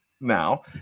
now